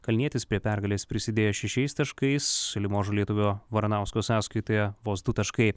kalnietis prie pergalės prisidėjo šešiais taškais su limožo lietuvio varanausko sąskaitoje vos du taškai